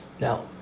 Now